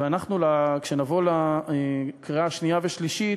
אנחנו, כשנבוא לקריאה השנייה והשלישית,